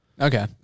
okay